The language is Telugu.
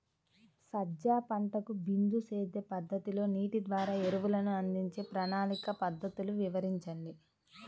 సజ్జ పంటకు బిందు సేద్య పద్ధతిలో నీటి ద్వారా ఎరువులను అందించే ప్రణాళిక పద్ధతులు వివరించండి?